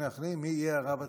להחליט מי יהיה הרב הצבאי,